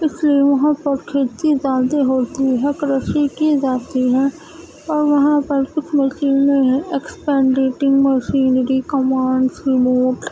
اس لیے وہاں پر کھیتی باڑی ہوتی ہے کرشی کی جاتی ہے اور وہاں پر کچھ مشینیں ہیں ایکسپینڈیٹنگ مشینری کمانڈس لوگ